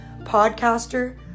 podcaster